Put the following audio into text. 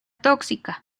tóxica